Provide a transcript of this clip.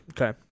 Okay